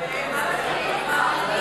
חברת הכנסת